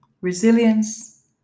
resilience